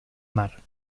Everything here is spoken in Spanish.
mar